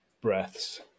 breaths